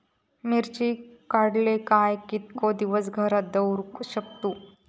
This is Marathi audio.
मिर्ची काडले काय कीतके दिवस घरात दवरुक शकतू?